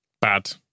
bad